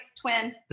twin